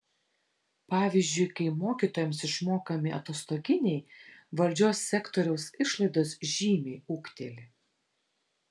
pavyzdžiui kai mokytojams išmokami atostoginiai valdžios sektoriaus išlaidos žymiai ūgteli